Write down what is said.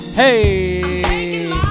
hey